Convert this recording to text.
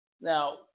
Now